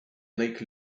lake